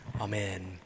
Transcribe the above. amen